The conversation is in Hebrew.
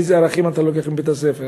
איזה ערכים אתה לוקח מבית-הספר.